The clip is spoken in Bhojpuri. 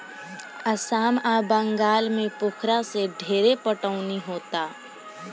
आसाम आ बंगाल में पोखरा से ढेरे पटवनी होता